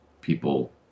people